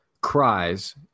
cries